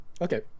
Okay